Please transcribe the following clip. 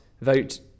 vote